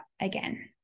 again